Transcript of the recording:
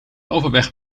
overweg